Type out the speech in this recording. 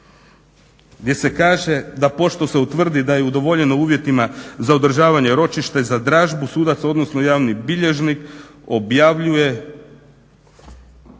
gdje se kaže da pošto se utvrdi da je udovoljeno uvjetima za održavanje ročišta i za dražbu sudac, odnosno javni bilježnik objavljuje,